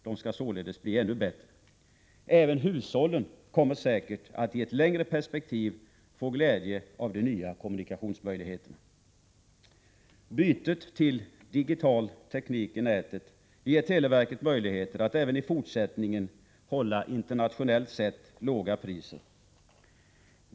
De skall således bli ännu bättre. Även hushållen kommer säkert atti ett längre perspektiv få glädje av de nya kommunikationsmöjligheterna. Bytet till digital teknik i nätet ger televerket möjligheter att även i fortsättningen hålla internationellt sett låga priser.